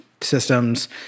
systems